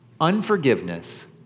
Unforgiveness